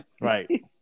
Right